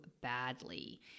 badly